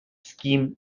scheme